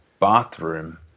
Bathroom